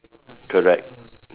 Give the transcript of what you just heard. correct